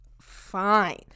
fine